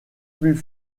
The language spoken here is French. plus